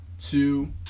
two